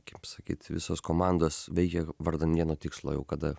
kaip sakyt visos komandos veikia vardan vieno tikslo jau kada